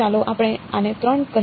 તો ચાલો આપણે આને 3